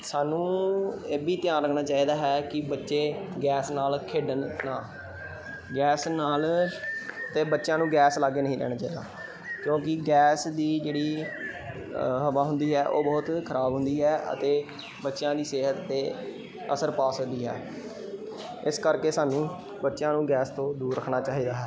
ਸਾਨੂੰ ਇਹ ਵੀ ਧਿਆਨ ਰੱਖਣਾ ਚਾਹੀਦਾ ਹੈ ਕਿ ਬੱਚੇ ਗੈਸ ਨਾਲ ਖੇਡਣ ਨਾ ਗੈਸ ਨਾਲ ਅਤੇ ਬੱਚਿਆਂ ਨੂੰ ਗੈਸ ਲਾਗੇ ਨਹੀਂ ਜਾਣਾ ਚਾਹੀਦਾ ਕਿਉਂਕਿ ਗੈਸ ਦੀ ਜਿਹੜੀ ਹਵਾ ਹੁੰਦੀ ਹੈ ਉਹ ਬਹੁਤ ਖਰਾਬ ਹੁੰਦੀ ਹੈ ਅਤੇ ਬੱਚਿਆਂ ਦੀ ਸਿਹਤ 'ਤੇ ਅਸਰ ਪਾ ਸਕਦੀ ਹੈ ਇਸ ਕਰਕੇ ਸਾਨੂੰ ਬੱਚਿਆਂ ਨੂੰ ਗੈਸ ਤੋਂ ਦੂਰ ਰੱਖਣਾ ਚਾਹੀਦਾ ਹੈ